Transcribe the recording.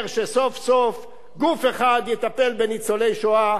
שסוף-סוף גוף אחד יטפל בניצולי השואה,